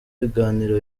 ibiganiro